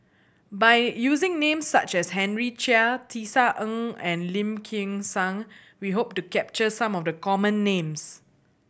by using names such as Henry Chia Tisa Ng and Lim Kim San we hope to capture some of the common names